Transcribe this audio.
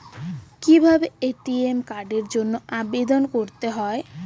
কিভাবে এ.টি.এম কার্ডের জন্য আবেদন করতে হয়?